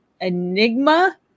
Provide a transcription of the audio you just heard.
enigma